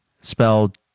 spelled